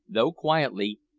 though quietly,